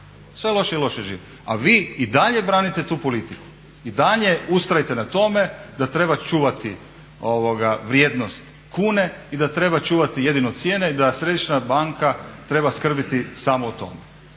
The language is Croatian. sve lošije i lošije žive. A vi i dalje branite tu politiku. I dalje ustrajte na tome da treba čuvati vrijednost kune i da treba čuvati jedino cijene i da Središnja banka treba skrbiti samo o tome.